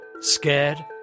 Scared